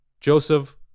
Joseph